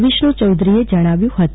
વિષ્ણુ ચૌધરીએ જણાવ્યુ હતું